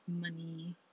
money